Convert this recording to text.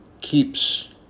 Keeps